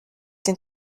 den